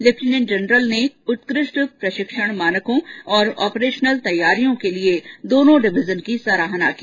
lieutenant general ने उत्कृष्ट प्रशिक्षण मानकों और ऑपरेशनल तैयारियों के लिए दोनों डिवीजन की सराहना की